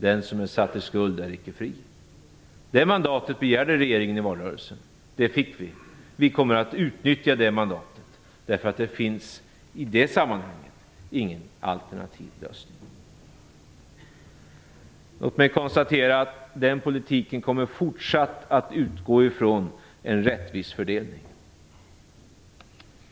Den som är satt i skuld är icke fri. Det mandatet begärde vi i valrörelsen. Det fick vi. Vi kommer att utnyttja det mandatet. Det finns i det sammanhanget ingen alternativ lösning. Låt mig konstatera att den politiken fortsatt kommer att utgå från en rättvis fördelning.